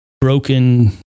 broken